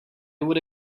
would